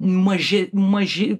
maži maži